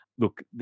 look